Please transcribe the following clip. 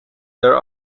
there